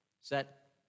set